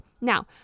Now